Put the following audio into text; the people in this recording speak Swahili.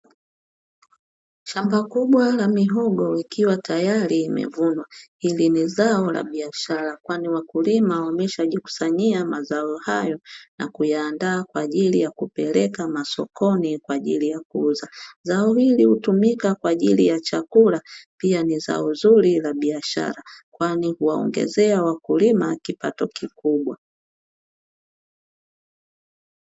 Shamba kubwa la mihogo ikiwa tayari imevunwa, hili ni zao la biashara kwani wakulima wameshajikusanyia mazao hayo na kuyaandaa kwa ajili ya kupeleka masokoni kwa ajili ya kuuza, zao hili hutumika kwa ajili ya chakula pia ni zao zuri la biashara kwani huwaongezea wakulima kipato kikubwa.